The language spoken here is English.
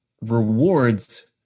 rewards